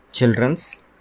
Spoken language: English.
Children's